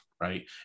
right